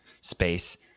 space